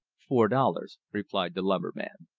four dollars, replied the lumberman.